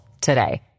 today